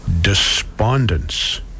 despondence